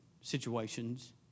situations